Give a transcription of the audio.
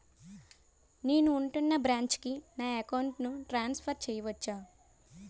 నేను ఉంటున్న బ్రాంచికి నా అకౌంట్ ను ట్రాన్సఫర్ చేయవచ్చా?